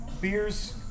beers